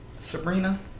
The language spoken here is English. Sabrina